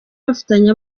bafitanye